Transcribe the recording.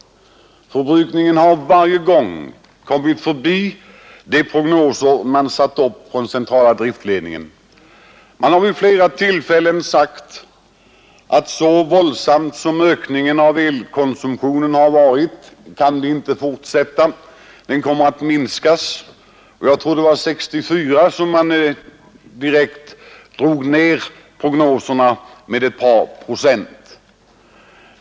Förbruk ningen har varje gång gått förbi centrala driftledningens prognoser. Man har vid flera tillfällen sagt att ökningen av elkonsumtionen inte kan fortsätta att vara så våldsam som hittills; konsumtionen kommer i stället att minska. Jag tror att det var 1964 som man drog ned prognoserna med ett par procent.